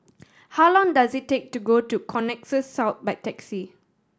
how long does it take to go to Connexis South by taxi